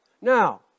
Now